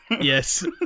Yes